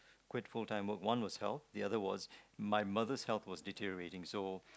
quit full time work one was health the other was my mother's health was deteriorating so